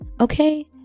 okay